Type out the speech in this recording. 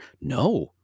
No